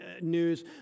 news